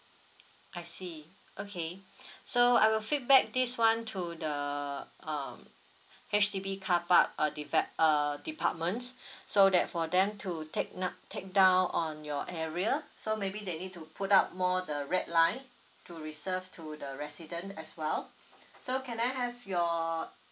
I see okay so I will feedback this one to the um H_D_B carpark uh deve~ err departments so that for them to take n~ take down on your area so maybe they need to put up more the red line to reserve to the resident as well so can I have your